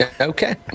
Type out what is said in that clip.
Okay